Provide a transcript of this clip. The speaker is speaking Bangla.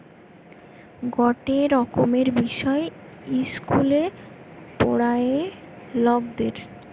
গটে রকমের বিষয় ইস্কুলে পোড়ায়ে লকদের